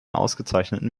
ausgezeichneten